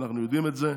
אנחנו יודעים את זה,